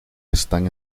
están